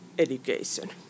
education